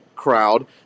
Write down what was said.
crowd